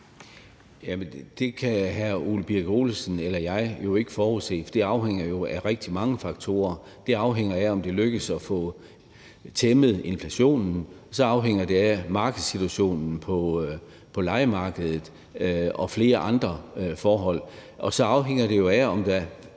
hverken hr. Ole Birk Olesen eller jeg forudse, for det afhænger jo af rigtig mange faktorer: Det afhænger af, om det lykkes at få tæmmet inflationen; så afhænger det af markedssituationen på lejemarkedet og flere andre forhold; og så afhænger det jo af, om der